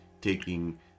taking